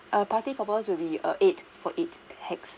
err party poppers would be for err eight for eight pax